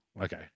Okay